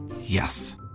Yes